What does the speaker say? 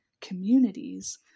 communities